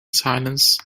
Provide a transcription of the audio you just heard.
silence